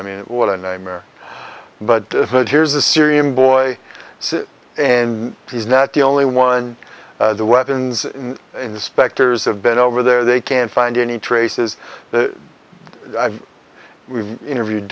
i mean what a nightmare but here's a syrian boy and he's not the only one the weapons inspectors have been over there they can't find any traces we interview